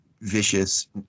vicious